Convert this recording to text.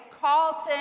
Carlton